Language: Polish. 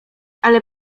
ale